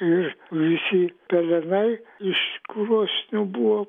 ir visi pelenai iš krosnių buvo